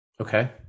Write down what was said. Okay